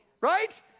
right